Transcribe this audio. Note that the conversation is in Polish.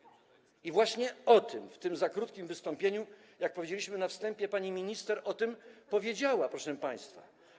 I właśnie o tym w tym za krótkim wystąpieniu, jak powiedzieliśmy na wstępie, pani minister powiedziała, proszę państwa.